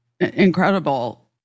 Incredible